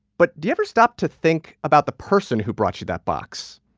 but do you ever stop to think about the person who brought you that box?